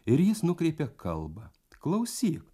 ir jis nukreipė kalbą klausyk